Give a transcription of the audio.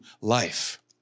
life